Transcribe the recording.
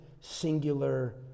singular